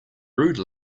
rude